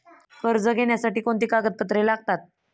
कर्ज घेण्यासाठी कोणती कागदपत्रे लागतात?